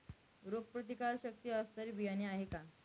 रोगप्रतिकारशक्ती असणारी बियाणे आहे का?